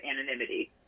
anonymity